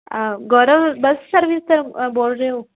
ਗੌਰਵ bus service ਤੋਂ ਬੋਲ ਰਹੇ ਹੋ